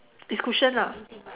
is cushion lah